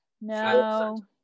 No